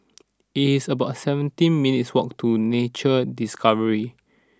it's about seventeen minutes' walk to Nature Discovery